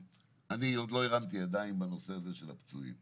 עוד לא הרמתי ידיים בנושא הזה של הפיצויים.